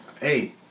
hey